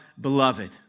Beloved